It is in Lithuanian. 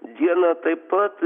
dieną taip pat